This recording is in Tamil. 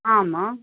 ஆமாம்